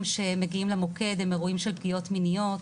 שמגיעים למוקד הם אירועים של פגיעות מיניות,